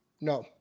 No